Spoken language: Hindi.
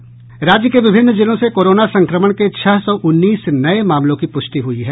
राज्य के विभिन्न जिलों से कोरोना संक्रमण के छह सौ उन्नीस नये मामलों की प्रष्टि हुई है